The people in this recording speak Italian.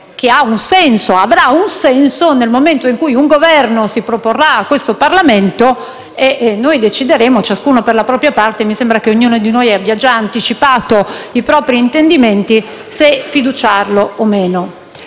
che avrà un senso nel momento in cui un Governo si proporrà a questo Parlamento e noi decideremo, ciascuno per la propria parte (mi sembra che ognuno di noi abbia già anticipato i propri intendimenti), se concedere o no